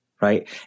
right